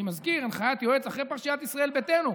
אני מזכיר, הנחיית היועץ אחרי פרשיית ישראל ביתנו.